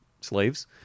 slaves